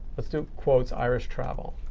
let's do quotes, irish travel.